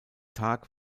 tag